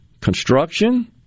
construction